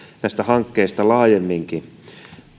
näistä hankkeista laajemminkin